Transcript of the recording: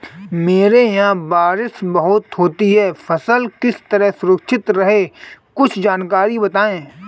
हमारे यहाँ बारिश बहुत होती है फसल किस तरह सुरक्षित रहे कुछ जानकारी बताएं?